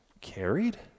Carried